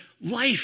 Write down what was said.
life